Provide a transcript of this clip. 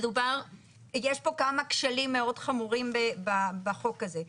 יש פה כמה כשלים מאוד חמורים בחוק הזה.